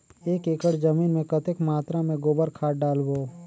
एक एकड़ जमीन मे कतेक मात्रा मे गोबर खाद डालबो?